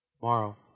Tomorrow